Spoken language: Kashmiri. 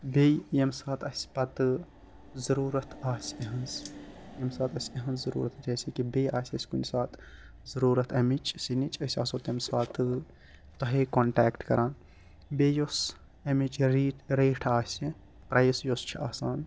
بیٚیہِ ییٚمہِ ساتہٕ اَسہِ پَتہٕ ضروٗرَت آسہِ یہٕنٛز ییٚمہِ ساتہٕ یہٕنٛز ضروٗرَت جیسے کہِ بیٚیہِ آسہِ اسہِ کُنہِ ساتہٕ ضروٗرَت امِچ سِنِچ أسۍ آسَو تمہِ ساتہٕ تۄہے کنٹیکٹ کران بیٚیہِ یۄس امِچ ریٖٹ ریٹ آسہِ پرایِس یُس چھِ آسان